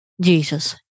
Jesus